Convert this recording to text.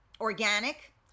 organic